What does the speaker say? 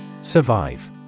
Survive